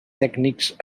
tècnics